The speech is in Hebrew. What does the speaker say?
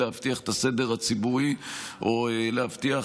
להבטיח את הסדר הציבורי או להבטיח,